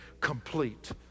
complete